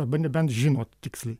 arba nebent žinot tiksliai